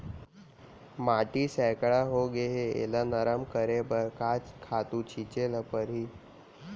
माटी सैकड़ा होगे है एला नरम करे बर का खातू छिंचे ल परहि?